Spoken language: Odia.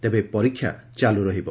ତେବେ ପରୀକ୍ଷା ଚାଲୁ ରହିବ